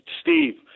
Steve